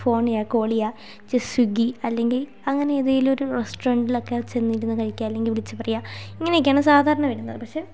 phone ചെയ്യുക call ചെയ്യുക just Swiggy അല്ലെങ്കിൽ അങ്ങനെയേതെങ്കിലും ഒരു റസ്റ്റോറൻ്റിലൊക്കെ ചെന്നിരുന്ന് കഴിക്കാം അല്ലെങ്കിൽ വിളിച്ച് പറയുക ഇങ്ങനെയൊക്കെയാണ് സാധാരണ വരുന്നത് പക്ഷേ